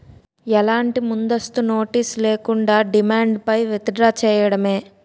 ఎలాంటి ముందస్తు నోటీస్ లేకుండా, డిమాండ్ పై విత్ డ్రా చేయడమే